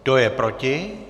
Kdo je proti?